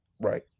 right